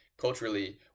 culturally